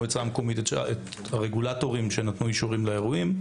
המועצה המקומית את הרגולטורים שנתנו אישורים לאירועים.